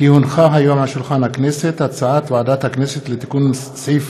כי הונחה היום על שולחן הכנסת הצעת ועדת הכנסת לתיקון סעיף